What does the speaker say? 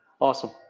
Awesome